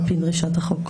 על פי דרישת החוק.